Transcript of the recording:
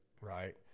Right